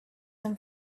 some